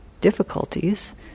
difficulties